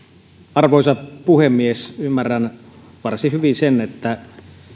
arvoisa puhemies ymmärrän varsin hyvin sen että